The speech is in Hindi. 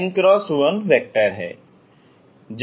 x nx1 वेक्टर है